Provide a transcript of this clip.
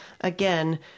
again